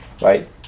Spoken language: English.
right